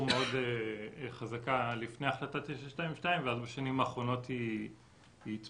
מאוד חזקה לפני החלטה 922 אבל בשנים האחרונות היא התמתנה.